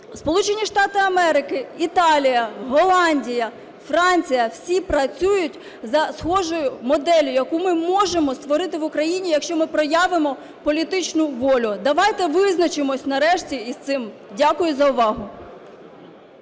Сполучені Штати Америки, Італія, Голландія, Франція – всі працюють за схожою моделлю, яку ми можемо створити в Україні, якщо ми проявимо політичну волю. Давайте визначимося нарешті із цим. Дякую за увагу.